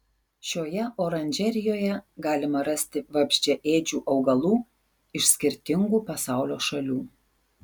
šioje oranžerijoje galima rasti vabzdžiaėdžių augalų iš skirtingų pasaulio šalių